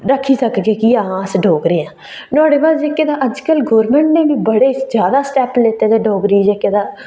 आक्खी सकदे के अस डोगरे हां नुआढ़े बाद अजकल गोरमेंट ने बी ज्यादा स्टेप लैते दे डोगरी आस्तै जेहके तां